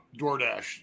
DoorDash